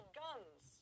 guns